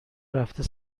رفته